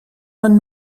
man